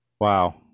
Wow